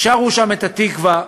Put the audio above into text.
שרו שם את "התקווה",